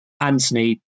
Anthony